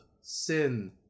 Sin